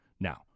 Now